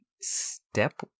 step